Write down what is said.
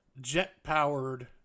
jet-powered